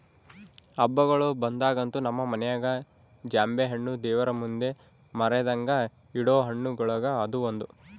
ಹಬ್ಬಗಳು ಬಂದಾಗಂತೂ ನಮ್ಮ ಮನೆಗ ಜಾಂಬೆಣ್ಣು ದೇವರಮುಂದೆ ಮರೆದಂಗ ಇಡೊ ಹಣ್ಣುಗಳುಗ ಅದು ಒಂದು